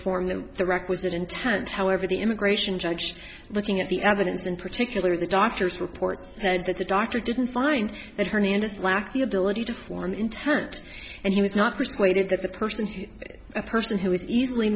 in the requisite intent however the immigration judge looking at the evidence in particular the doctor's report said that the doctor didn't find that hernandez lacked the ability to form intent and he was not persuaded that the person is a person who is easily